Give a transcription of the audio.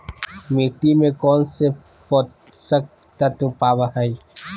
मिट्टी में कौन से पोषक तत्व पावय हैय?